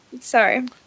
Sorry